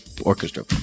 orchestra